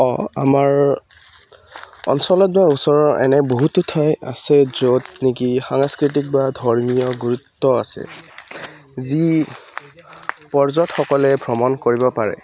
অঁ আমাৰ অঞ্চলত বা ওচৰৰ এনে বহুতো ঠাই আছে য'ত নেকি সাংস্কৃতিক বা ধৰ্মীয় গুৰুত্ব আছে যি পৰ্যটকসকলে ভ্ৰমণ কৰিব পাৰে